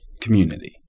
community